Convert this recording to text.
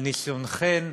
על ניסיונכן,